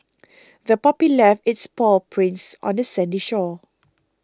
the puppy left its paw prints on the sandy shore